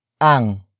ang